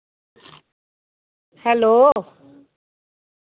hello